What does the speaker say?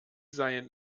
seien